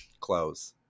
close